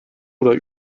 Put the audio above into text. oder